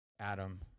Adam